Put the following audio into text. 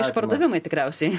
išpardavimai tikriausiai